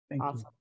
Awesome